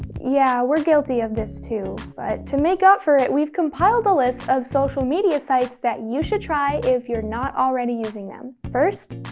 yeah, we're guilty of this too, but to make up for it we've compiled a list of social media sites that you should try if you're not already using them. first,